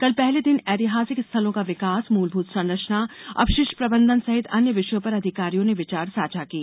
कल पहले दिन ऐतिहासिक स्थलों का विकास मूलभूत संरचना अपषिष्ट प्रबंधन सहित अन्य विषयों पर अधिकारियों ने विचार साझा किए